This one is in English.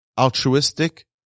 altruistic